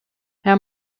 herr